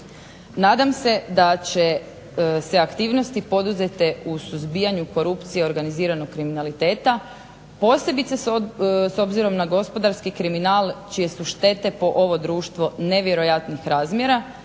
Nadam se da će se aktivnosti poduzete u suzbijanju korupcije i organiziranog kriminaliteta posebice gospodarski kriminal čije su štete po ovo društvo nevjerojatnih razmjera